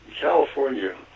California